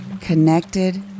connected